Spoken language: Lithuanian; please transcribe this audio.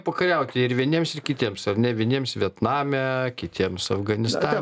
pakariauti ir vieniems ir kitiems ar ne vieniems vietname kitiems afganistane